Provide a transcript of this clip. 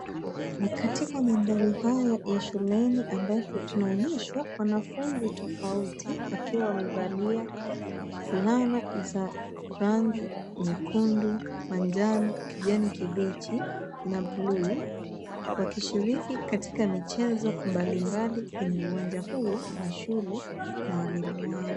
Ni katika madhari haya ya shuleni ambapo tunaonyeshwa wanafunzi tofauti wakiwa wamevalia fulana za rangi nyekundu, manjano, kijani kibichi na buluu wakishiriki katika michezo mbalimbali kwenye uwanja huu wa shule na walimu wao.